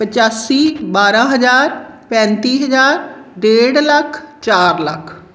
ਪਚਾਸੀ ਬਾਰ੍ਹਾਂ ਹਜ਼ਾਰ ਪੈਂਤੀ ਹਜ਼ਾਰ ਡੇਢ ਲੱਖ ਚਾਰ ਲੱਖ